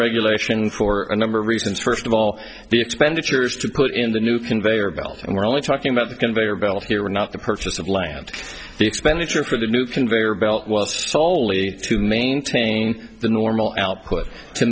regulation for a number of reasons first of all the expenditures to put in the new conveyor belt and we're only talking about the conveyor belt here not the purchase of land the expenditure for the new conveyor belt well stoli to maintain the normal output to